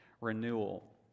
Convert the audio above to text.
renewal